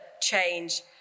change